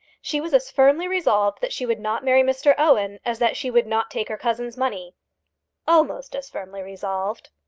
she was as firmly resolved that she would not marry mr owen as that she would not take her cousin's money almost as firmly resolved.